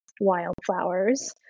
wildflowers